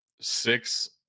six